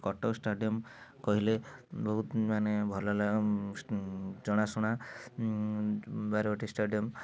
Cuttack stadium କହିଲେ ବହୁତ୍ ମାନେ ଭଲ ଲା ଜଣାଶୁଣା ବାରବାଟି ଷ୍ଟାଡ଼ିୟମ